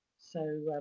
so,